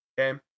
okay